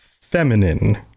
feminine